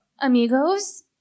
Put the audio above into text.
amigos